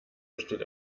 besteht